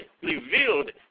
revealed